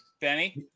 Benny